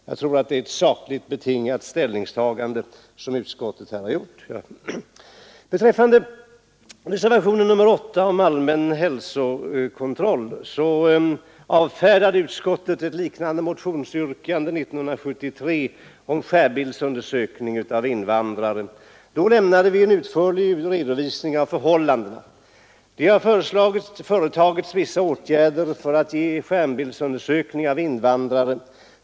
Jag tror att det är ett sakligt betingat ställningstagande som utskottet här har gjort. Beträffande reservationen 8 om skärmbildsundersökning av invandrare kan jag nämna att utskottet avfärdade ett liknande motionsyrkande 1973. Då lämnade vi en utförlig redovisning av förhållandena. Det har företagits vissa åtgärder för att skärmbildsundersöka invandrare.